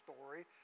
story